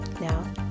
Now